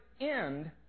end